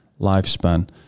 lifespan